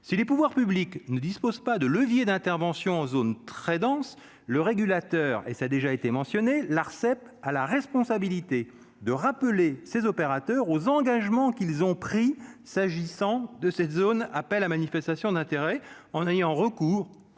si les pouvoirs publics ne dispose pas de levier d'intervention en zone très dense, le régulateur et ça déjà été mentionné l'Arcep a la responsabilité de rappeler ces opérateurs aux engagements qu'ils ont pris s'agissant de cette zone appel à manifestation d'intérêt en ayant recours